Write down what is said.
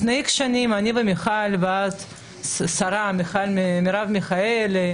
לפני מספר שנים אני, מיכל והשרה מרב מיכאלי,